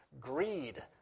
greed